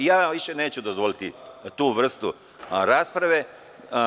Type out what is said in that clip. Više vam neću dozvoliti tu vrstu rasprave.